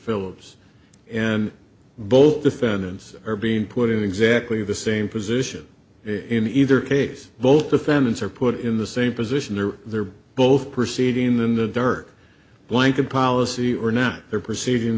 phillips and both defendants are being put in exactly the same position in either case both defendants are put in the same position or they're both proceeding in the dirt blanket policy or not they're proceeding